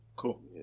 Cool